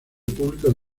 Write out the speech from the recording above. público